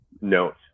note